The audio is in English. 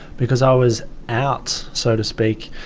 because i was out, so to speak,